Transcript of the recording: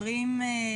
לך.